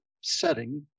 setting